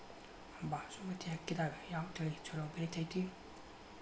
ಬಾಸುಮತಿ ಅಕ್ಕಿದಾಗ ಯಾವ ತಳಿ ಛಲೋ ಬೆಳಿತೈತಿ?